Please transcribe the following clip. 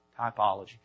Typology